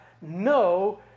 no